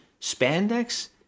spandex